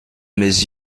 mes